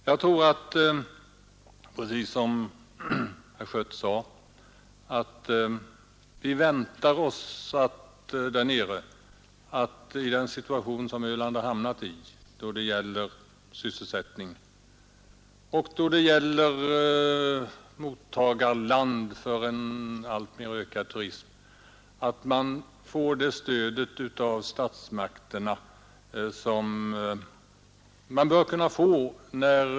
Vi väntar oss där nere — precis som herr Schött sade — att turistutredningen skall föreslå att Öland som mottagare av en alltmer ökande turism och för att vi skall klara sysselsättningen skall få det stöd av statsmakterna som vi bör få.